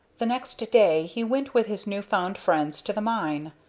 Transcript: the next day he went with his new-found friends to the mine,